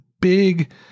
big